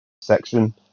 section